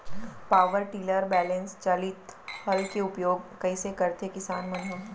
Power tiller balance चालित हल के उपयोग कइसे करथें किसान मन ह?